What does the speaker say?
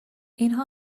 اینها